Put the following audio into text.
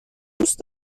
دوست